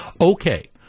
okay